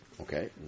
Okay